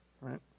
right